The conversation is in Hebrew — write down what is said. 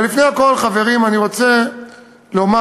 אבל לפני הכול, חברים, אני רוצה לומר